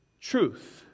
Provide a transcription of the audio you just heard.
truth